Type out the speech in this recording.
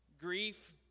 Grief